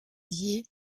dié